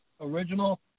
original